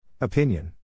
Opinion